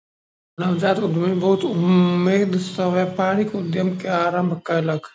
नवजात उद्यमी बहुत उमेद सॅ व्यापारिक उद्यम के आरम्भ कयलक